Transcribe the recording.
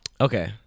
Okay